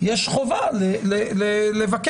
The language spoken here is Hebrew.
יש חובה לבקר.